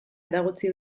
eragotzi